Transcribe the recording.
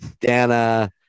Dana